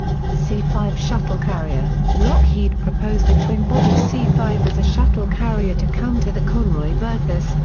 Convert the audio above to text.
c five shuttle carrier lockheed proposed a twin body c five as a shuttle carrier to counter the conroy virtus,